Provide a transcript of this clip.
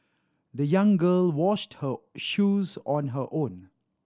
the young girl washed her shoes on her own